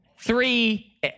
Three